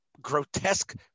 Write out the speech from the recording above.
grotesque